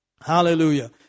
Hallelujah